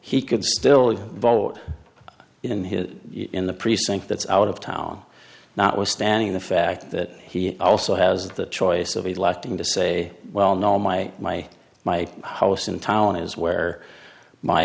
he could still vote in here in the precinct that's out of town notwithstanding the fact that he also has the choice of electing to say well no my my my house in town is where my